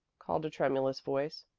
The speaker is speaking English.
called a tremulous voice.